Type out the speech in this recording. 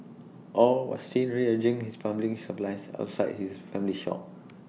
aw was seen rearranging his plumbing supplies outside his family's shop